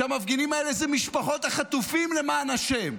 שהמפגינים האלה הם משפחות החטופים, למען השם.